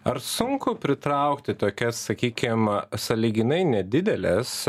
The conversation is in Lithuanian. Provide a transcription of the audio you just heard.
ar sunku pritraukti tokias sakykim sąlyginai nedideles